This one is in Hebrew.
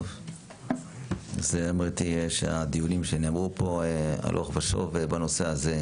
זה הדיונים שנאמרו פה הלוך ושוב בנושא הזה,